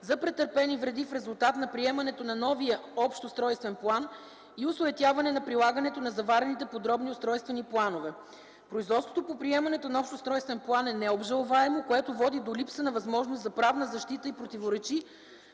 за претърпени вреди в резултат на приемането на новия Общ устройствен план и осуетяване на прилагането на заварените подробни устройствени планове. Производството по приемането на Общ устройствен план е необжалваемо, което води до липса на възможност за правна защита и противоречи